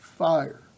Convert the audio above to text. Fire